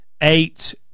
eight